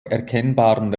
erkennbaren